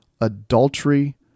adultery